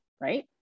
right